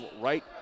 right